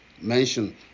mentioned